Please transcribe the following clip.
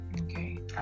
Okay